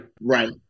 Right